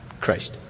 Christ